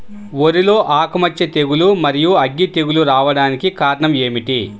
వరిలో ఆకుమచ్చ తెగులు, మరియు అగ్గి తెగులు రావడానికి కారణం ఏమిటి?